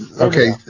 Okay